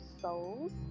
souls